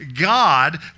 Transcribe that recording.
God